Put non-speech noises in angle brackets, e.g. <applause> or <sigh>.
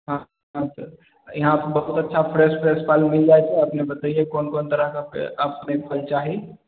हँ इएहा बहुत बच्चा प्रेस <unintelligible> अपने बतइयै कोन कोन तरहके अपडेट होइके चाही